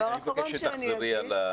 אני מבקש שתחזרי על זה